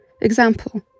Example